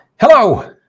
Hello